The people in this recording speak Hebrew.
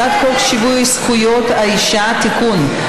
הצעת חוק שיווי זכויות האישה (תיקון,